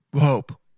hope